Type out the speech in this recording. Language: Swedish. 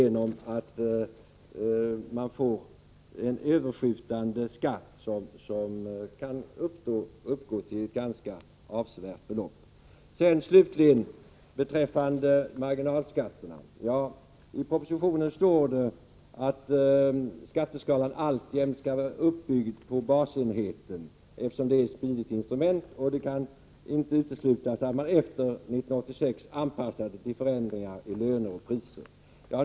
att man får en överskjutande skatt som kan uppgå till ett avsevärt belopp? Slutligen beträffande marginalskatterna: I propositionen står det att skatteskalan alltjämt skall vara uppbyggd på basenheten, eftersom det är ett smidigt intrument, och det kan inte uteslutas att man efter 1986 anpassar det till förändringar i löner och priser.